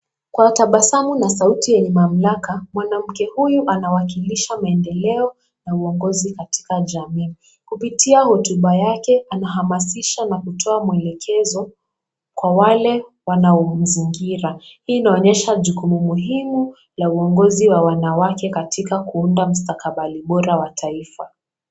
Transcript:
Kwa tabasamu na sauti yenye mamlaka, mwanamke huyu anawakilisha mendeleo na uongozi katika jamii. Kupitia hotuba yake anahamasisha na kutoa mwelekezo kwa wale wanaomzingira. Hii inaonyesha jukumu muhimu la uongozi wa wanawake katika kuunda mstakabali bora wa taifa.